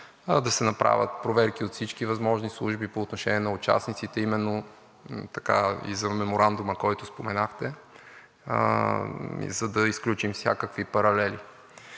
да се направят проверки от всички възможни служби по отношение на участниците, именно и за Меморандума, който споменахте, за да изключим всякакви паралели.